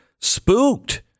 spooked